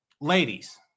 Ladies